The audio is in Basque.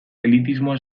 elitismoa